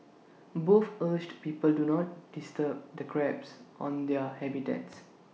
both urged people to not disturb the crabs on their habitats